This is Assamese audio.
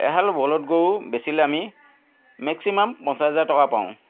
এহাল বলধ গৰু বেচিলে আমি মেক্সিমাম পঞ্চাছ হেজাৰ টকা পাওঁ